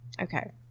Okay